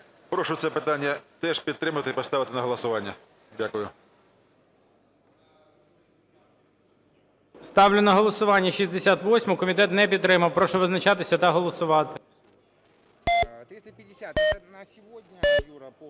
Прошу це питання теж підтримати і поставити на голосування. Дякую. ГОЛОВУЮЧИЙ. Ставлю на голосування 68-у. Комітет не підтримав. Прошу визначатися та голосувати.